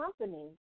company